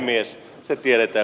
arvoisa puhemies